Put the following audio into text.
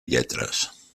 lletres